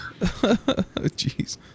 Jeez